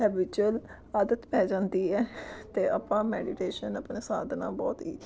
ਹੈਵਿਚਅਲ ਆਦਤ ਪੈ ਜਾਂਦੀ ਹੈ ਅਤੇ ਆਪਾਂ ਮੈਡੀਟੇਸ਼ਨ ਆਪਣੇ ਸਾਧਨਾ ਬਹੁਤ ਹੀ